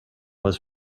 was